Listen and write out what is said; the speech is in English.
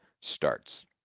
starts